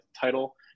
title